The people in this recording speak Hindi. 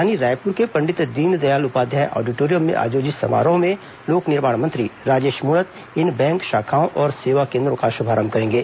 राजधानी रायपुर के पंडित दीनदयाल उपाध्याय ऑडिटोरियम में आयोजित समारोह में लोक निर्माण मंत्री राजेश मूणत इन बैंक शाखाओं और सेवा केंद्रों का शुभारंभ करेंगे